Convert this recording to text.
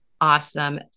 Awesome